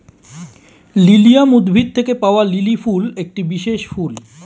lilium উদ্ভিদ থেকে পাওয়া লিলি ফুল একটি বিশেষ ফুল